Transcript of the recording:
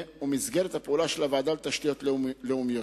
ומסגרת הפעולה של הוועדה לתשתיות לאומיות.